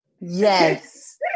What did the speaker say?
Yes